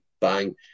bang